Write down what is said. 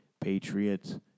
Patriots